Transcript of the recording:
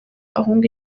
ahunga